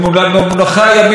אותה פעילה,